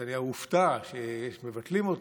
נתניהו הופתע שמבטלים אותו,